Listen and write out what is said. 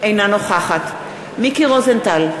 אינה נוכחת מיקי רוזנטל,